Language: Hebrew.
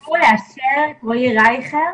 אם תוכלו לאשר את רועי רייכר,